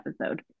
episode